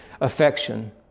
affection